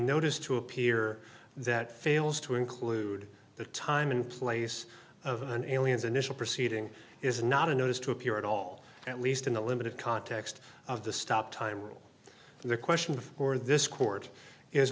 notice to appear that fails to include the time and place of an alien's initial proceeding is not a notice to appear at all at least in the limited context of the stop time rule the question before this court is